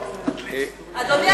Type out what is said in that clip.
אדוני,